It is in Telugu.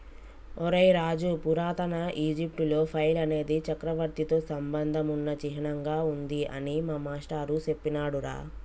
ఒరై రాజు పురాతన ఈజిప్టులో ఫైల్ అనేది చక్రవర్తితో సంబంధం ఉన్న చిహ్నంగా ఉంది అని మా మాష్టారు సెప్పినాడురా